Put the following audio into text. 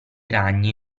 ragni